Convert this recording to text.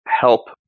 help